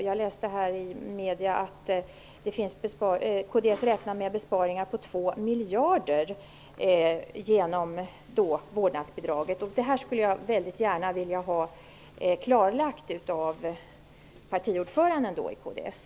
Jag läste i media att kds räknar med besparingar på 2 miljarder genom vårdnadsbidraget. Jag skulle väldigt gärna vilja ha detta klarlagt av partiordföranden i kds.